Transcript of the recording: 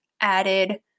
added